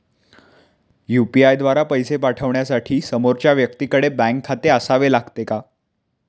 UPI द्वारा पैसे पाठवण्यासाठी समोरच्या व्यक्तीकडे बँक खाते असावे लागते का?